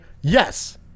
yes